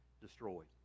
destroyed